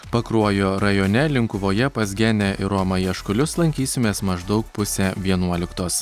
pakruojo rajone linkuvoje pas genę ir romą jaškulius lankysimės maždaug pusę vienuoliktos